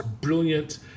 brilliant